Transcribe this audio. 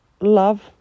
love